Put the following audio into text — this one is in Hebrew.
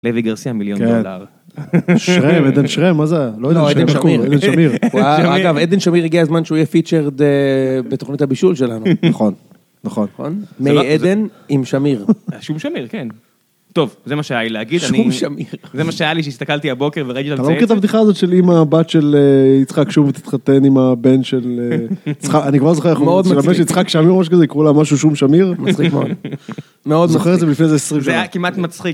לוי גרסי, מיליון דולר. שרם, Gדן שרם, מה זה היה? לא, Gדן שמיר. אגב, Gדן שמיר הגיע הזמן שהוא יהיה פיצ'רד בתוכנית הבישול שלנו. נכון. נכון. מי Gדן עם שמיר. שום שמיר, כן. טוב, זה מה שהיה לי להגיד. שום שמיר. זה מה שהיה לי כשהסתכלתי הבוקר וראיתי אותה מצייצת. אתה לא מכיר את הבדיחה הזאת של אימא הבת של יצחק שום תתחתן עם הבן של יצחק? אני כבר זוכר איך הוא... מאוד מצחיק. יצחק שמיר או משהו כזה, יקראו לה משהו שום שמיר, מצחיק מאוד. מאוד זוכר את זה מלפני 20 שנים. זה היה כמעט מצחיק.